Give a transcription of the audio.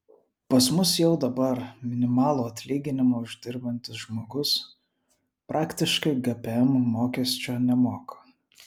pas mus jau dabar minimalų atlyginimą uždirbantis žmogus praktiškai gpm mokesčio nemoka